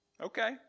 Okay